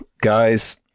guys